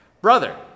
Brother